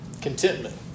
Contentment